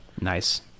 nice